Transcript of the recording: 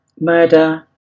murder